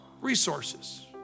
Resources